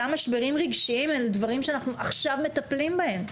אותם משברים רגשיים אלה דברים שאנחנו עכשיו מטפלים בהם.